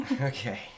Okay